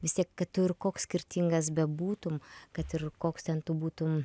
vis tiek kad tu ir koks skirtingas bebūtum kad ir koks ten tu būtum